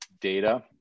data